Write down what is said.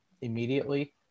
immediately